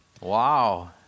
Wow